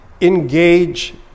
engage